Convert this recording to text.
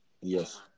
Yes